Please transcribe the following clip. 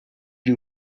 you